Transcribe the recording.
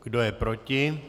Kdo je proti?